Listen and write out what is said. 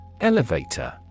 Elevator